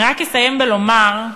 ואומר,